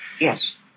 Yes